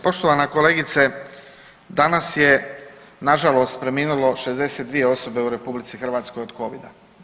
Poštovana kolegice, danas je nažalost preminulo 62 osobe u RH od covida.